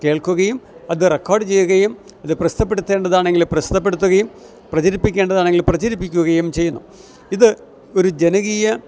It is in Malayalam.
കേൾക്കുകയും അത് റെക്കാർഡ് ചെയ്യുകയും അത് പ്രസിദ്ധപ്പെടുത്തേണ്ടത് ആണെങ്കിൽ അത് പ്രസിദ്ധപ്പെടുത്തുകയും പ്രചരിപ്പിക്കേണ്ടതാണെങ്കിൽ പ്രചരിപ്പിക്കുകയും ചെയ്യുന്നു ഇത് ഒരു ജനകീയ